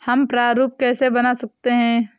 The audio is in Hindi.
हम प्रारूप कैसे बना सकते हैं?